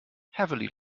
heavily